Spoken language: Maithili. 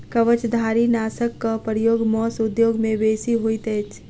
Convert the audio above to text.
कवचधारीनाशकक प्रयोग मौस उद्योग मे बेसी होइत अछि